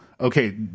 okay